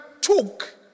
took